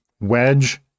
wedge